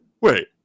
wait